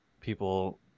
people